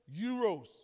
euros